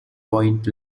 point